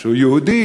שהוא יהודי,